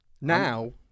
Now